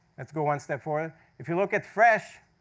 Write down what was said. let's go one step forward if you look at fresh,